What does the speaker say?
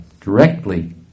directly